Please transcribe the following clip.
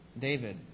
David